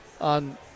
on